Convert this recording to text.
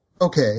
Okay